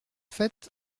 fait